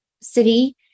city